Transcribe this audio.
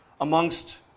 Amongst